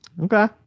Okay